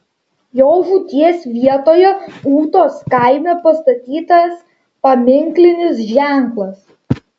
jo žūties vietoje ūtos kaime pastatytas paminklinis ženklas